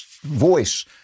voice